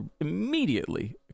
immediately